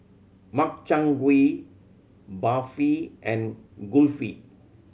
Makchang Gui Barfi and Kulfi